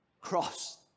Cross